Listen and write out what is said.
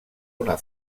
una